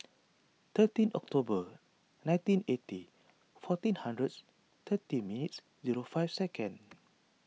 thirteen October nineteen eighty fourteen hundreds thirty minutes and five seconds